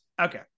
okay